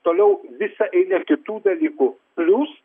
toliau visa eilė ir kitų dalykų jūs